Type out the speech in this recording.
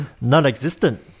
non-existent